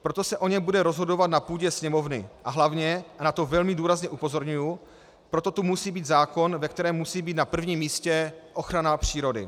Proto se o něm bude rozhodovat na půdě Sněmovny a hlavně, a na to velmi důrazně upozorňuji, proto tu musí být zákon, ve kterém musí být na prvním místě ochrana přírody.